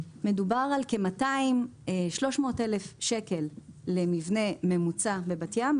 מדובר על 200,000 עד 300,000 שקל למבנה ממוצע בבת ים.